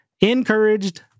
encouraged